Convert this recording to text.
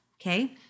okay